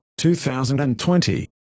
2020